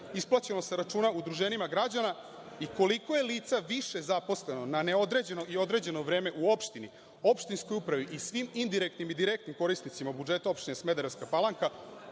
isplaćeno sa računa udruženjima građana i koliko je lica više zaposleno na neodređeno i određeno vreme u opštini, opštinskoj upravi i svim direktnim i indirektnim korisnicima budžeta opštine Smederevska Palanka